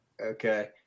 Okay